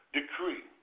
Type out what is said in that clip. decree